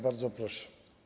Bardzo proszę.